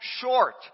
short